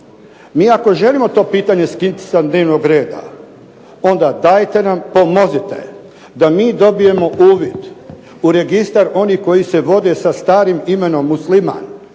mi ako želimo to pitanje skinuti sa dnevnog reda onda dajte nam pomozite da mi dobijemo uvid u registar onih koji se vode sa starim imenom Musliman,